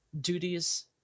duties